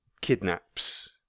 kidnaps